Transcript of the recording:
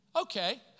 Okay